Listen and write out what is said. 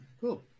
Cool